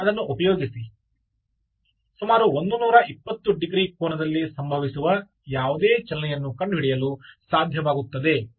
ನೀವು ಅದನ್ನು ಉಪಯೋಗಿಸಿ ಸುಮಾರು 120 ಡಿಗ್ರಿ ಕೋನದಲ್ಲಿ ಸಂಭವಿಸುವ ಯಾವುದೇ ಚಲನೆಯನ್ನು ಕಂಡುಹಿಡಿಯಲು ಸಾಧ್ಯವಾಗುತ್ತದೆ